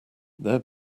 their